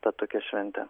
kad tokia šventė